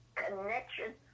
connection